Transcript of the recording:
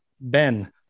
Ben